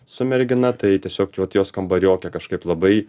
su mergina tai tiesiog vat jos kambariokė kažkaip labai